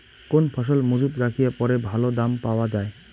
কোন ফসল মুজুত রাখিয়া পরে ভালো দাম পাওয়া যায়?